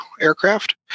aircraft